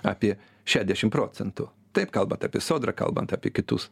apie šešiasdešim procentų taip kalbant apie sodrą kalbant apie kitus